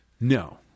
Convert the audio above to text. No